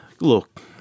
look